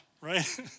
right